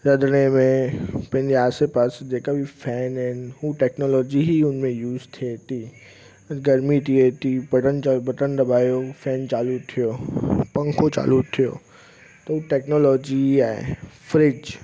रधिणे में पंहिंजे आसे पासे जेका बि फैन आहिनि हू टेक्नोलॉजी ई हुन में यूज़ थिए थी गर्मी थिए थी बटन चा बटन दॿायो फैन चालू थियो पंखो चालू थियो त हू टेक्नोलॉजी ई आहे फ्रिज